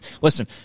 Listen